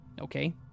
Okay